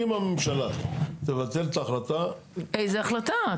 אם הממשלה תבטל את ההחלטה --- איזה החלטה?